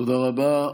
תודה רבה.